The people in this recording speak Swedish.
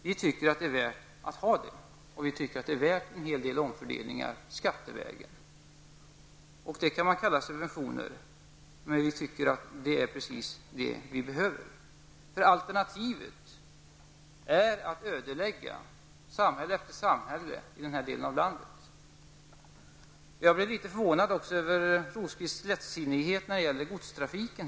Vi tycker att ett sådant är värt att ha, och vi tycker att det är värt en hel del omfördelningar skattevägen. Man kan kalla detta subventioner, men detta är som vi ser det precis vad vi behöver. Alternativet är nämligen att vi ödelägger samhälle efter samhälle i den här delen av landet. Jag blev litet förvånad över Birger Rosqvists lättsinnighet när det gäller godstrafiken.